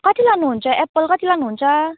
कति लानुहुन्छ एप्पल कति लानुहुन्छ